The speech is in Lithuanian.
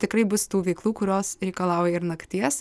tikrai bus tų veiklų kurios reikalauja ir nakties